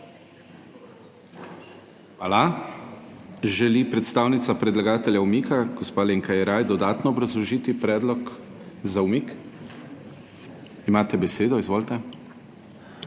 Hvala. Želi predstavnica predlagatelja umika gospa Alenka Jeraj dodatno obrazložiti predlog za umik? Imate besedo, izvolite.